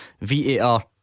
VAR